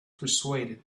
persuaded